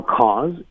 cause